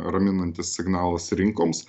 raminantis signalas rinkoms